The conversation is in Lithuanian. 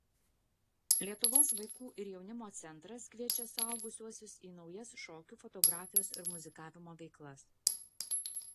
lietuvos vaikų ir jaunimo centras kviečia suaugusiuosius į naujas šokių fotografijos ir muzikavimo veiklas